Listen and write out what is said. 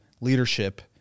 leadership